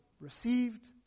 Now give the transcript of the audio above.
received